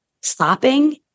stopping